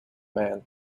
man